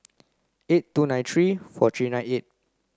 eight two nine three four three nine eight